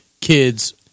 kids